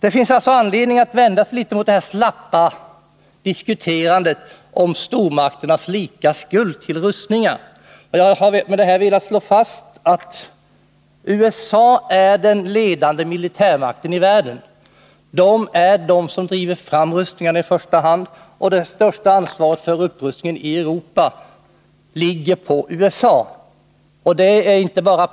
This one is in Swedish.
Det finns alltså anledning att vända sig mot det slappa påståendet om stormakternas lika skuld till rustningarna. Jag har med det här velat slå fast att USA är den ledande militärmakten i världen. Det är i första hand USA som driver fram rustningarna, och det största ansvaret för upprustningen i Europa ligger på USA.